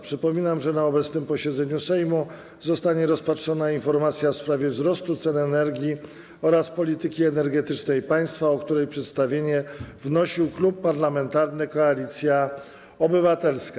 Przypominam, że na obecnym posiedzeniu Sejmu zostanie rozpatrzona informacja w sprawie wzrostu cen energii oraz polityki energetycznej państwa, o której przedstawienie wnosił Klub Parlamentarny Koalicja Obywatelska.